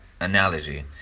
analogy